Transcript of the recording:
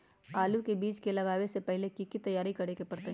आलू के बीज के लगाबे से पहिले की की तैयारी करे के परतई?